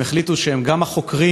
הם החליטו שהם גם החוקרים,